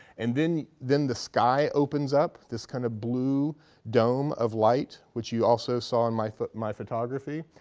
and then then the sky opens up, this kind of blue dome of light, which you also saw in my my photography.